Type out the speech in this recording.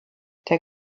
der